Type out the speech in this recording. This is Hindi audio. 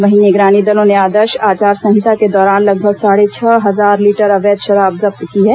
वहीं निगरानी दलों ने आदर्श आचार संहिता के दौरान लगभग साढ़े छह हजार लीटर अवैध शराब जब्त की है